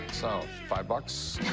so five bucks?